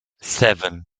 seven